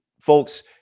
folks